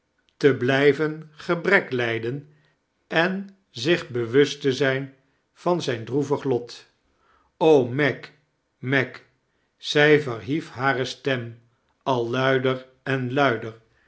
te blijven gebrek lijden en zieh bewust te zijn van zijn droevig lot o meg mleg zij verhief hare stem al luider en luider